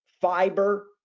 fiber